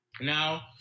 now